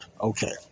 okay